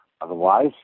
Otherwise